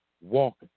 walk